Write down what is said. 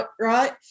right